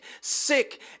sick